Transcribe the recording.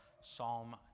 Psalm